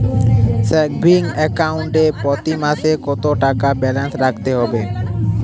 Savings account এ প্রতি মাসে কতো টাকা ব্যালান্স রাখতে হবে?